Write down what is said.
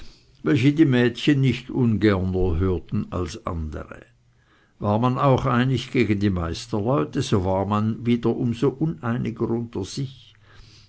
welche die mädchen nicht ungerner hörten als andere war man auch einig gegen die meisterleute so war man wieder um so uneiniger unter sich